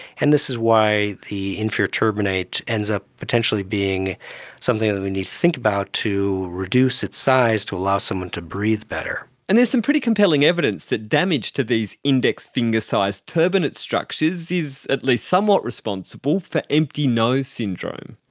and this is why the inferior turbinate ends up potentially being something that we need to think about to reduce its size to allow someone to breathe better. and there's some pretty compelling evidence that damage to these index finger sized turbinate structures is at least somewhat responsible for empty nose syndrome.